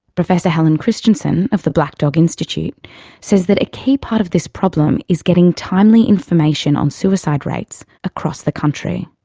professor helen christensen of the black dog institute says that a key part of this problem is getting timely information on suicide rates across the country.